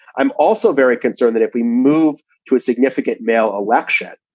i'm also very concerned that if we move to a significant male election,